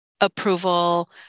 approval